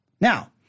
Now